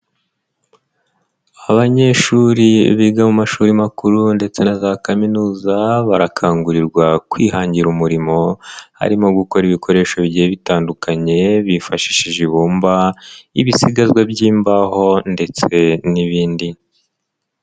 Abanyeshuri biga mu mashuri makuru ndetse na za kaminuza barakangurirwa kwihangira umurimo, harimo gukora ibikoresho bigiye bitandukanye bifashishije ibumba, ibisigazwa by'imbaho ndetse n'ibindi.